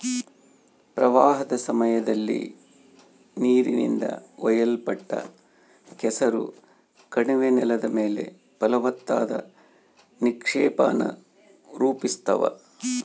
ಪ್ರವಾಹದ ಸಮಯದಲ್ಲಿ ನೀರಿನಿಂದ ಒಯ್ಯಲ್ಪಟ್ಟ ಕೆಸರು ಕಣಿವೆ ನೆಲದ ಮೇಲೆ ಫಲವತ್ತಾದ ನಿಕ್ಷೇಪಾನ ರೂಪಿಸ್ತವ